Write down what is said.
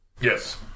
Yes